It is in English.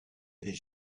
his